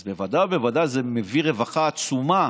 אז בוודאי ובוודאי שזה מביא רווחה עצומה